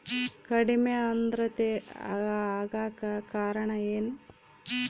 ಕಡಿಮೆ ಆಂದ್ರತೆ ಆಗಕ ಕಾರಣ ಏನು?